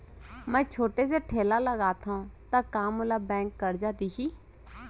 मैं छोटे से ठेला चलाथव त का मोला बैंक करजा दिही?